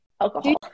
alcohol